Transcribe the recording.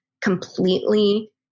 completely